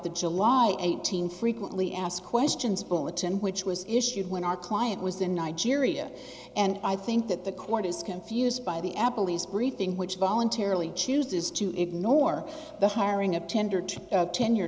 the july eighteenth frequently asked questions bulletin which was issued when our client was in nigeria and i think that the court is confused by the applebee's briefing which voluntarily chooses to ignore the hiring of tender to the tenure